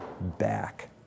back